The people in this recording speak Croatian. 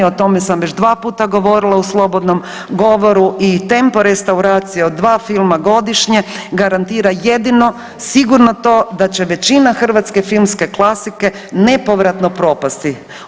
O tome sam već dva puta govorila u slobodnom govoru i tempo restauracije od dva filma godišnje garantira jedino sigurno to da će većina hrvatske filmske klasike nepovratno propasti.